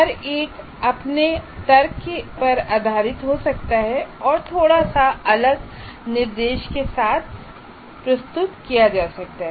हर एक अपने तर्क पर आधारित हो सकता है और एक थोड़ा अलग निर्देश के साथ आ सकता है